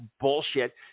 bullshit